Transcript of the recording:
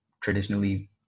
traditionally